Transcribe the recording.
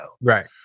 Right